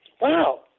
Wow